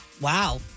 wow